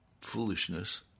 foolishness